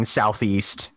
southeast